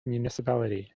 municipality